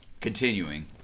continuing